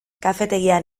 kafetegian